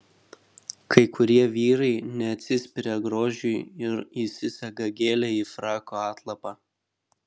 kai kurie vyrai neatsispiria grožiui ir įsisega gėlę į frako atlapą